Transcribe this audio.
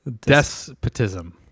Despotism